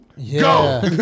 Go